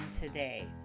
today